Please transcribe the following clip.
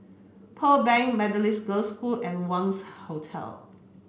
Pearl Bank Methodist Girls' School and Wangz Hotel